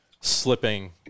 slipping